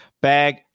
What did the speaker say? Bag